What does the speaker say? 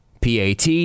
PAT